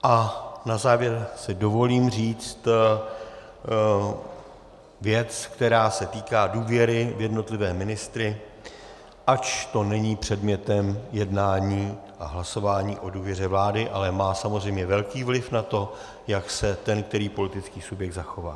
A na závěr si dovolím říct věc, která se týká důvěry v jednotlivé ministry, ač to není předmětem jednání a hlasování o důvěře vládě, ale má samozřejmě velký vliv na to, jak se ten který politický subjekt zachová.